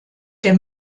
der